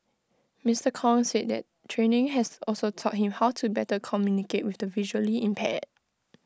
Mister Kong said the training has also taught him how to better communicate with the visually impaired